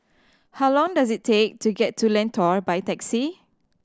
how long does it take to get to Lentor by taxi